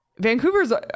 Vancouver's